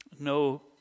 no